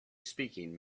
speaking